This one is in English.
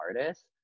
artists